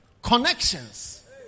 connections